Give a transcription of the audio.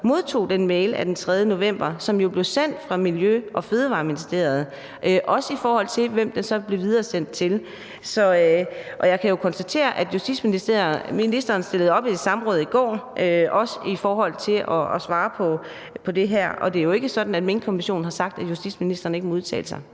modtog den mail den 3. november, som jo blev sendt fra Miljø- og Fødevareministeriet; spørgsmålene handler også om, hvem den så blev videresendt til. Jeg kan jo konstatere, at justitsministeren stillede op til et samråd i går, og det var også i forhold til at svare på det her, og det er jo ikke sådan, at Minkkommissionen har sagt, at justitsministeren ikke må udtale sig.